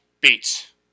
Beats